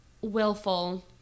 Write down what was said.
willful